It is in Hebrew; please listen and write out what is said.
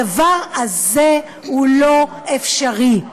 הדבר הזה הוא לא אפשרי.